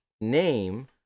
name